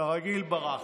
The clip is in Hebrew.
כרגיל ברחת.